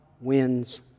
wins